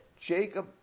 Jacob